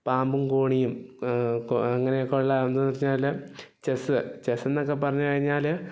പാമ്പും കോണിയും അങ്ങനെയൊക്കെ ഉള്ളതെന്ന് വെച്ചാല് ചെസ്സ് ചെസ്സ് എന്നൊക്കെ പറഞ്ഞ് കഴിഞ്ഞാല്